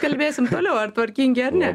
kalbėsim toliau ar tvarkingi ar ne